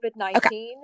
COVID-19